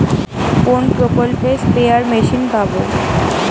কোন প্রকল্পে spare machine পাব?